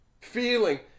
feeling